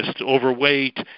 overweight